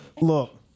Look